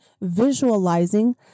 visualizing